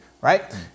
Right